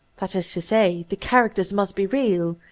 that is to say, the characters must be real,